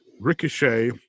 Ricochet